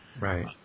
Right